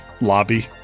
lobby